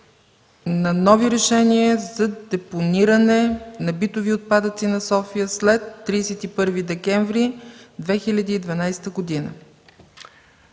на нови решения за депониране на битови отпадъци на София след 31 декември 2012 г.